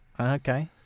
Okay